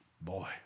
boy